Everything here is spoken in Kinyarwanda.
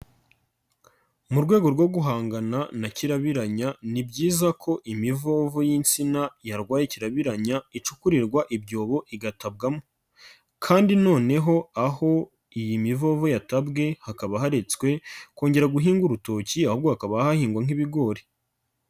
Mu rwego rwo guhangana na kirabiranya, ni byiza ko imivovo y'insina yarwaye kirabiranya icukurirwa ibyobo igatabwamo kandi noneho aho iyi mivovo yatabwe, hakaba haretswe kongera guhinga urutoki, ahubwo hakaba hahingwa nk'ibigori.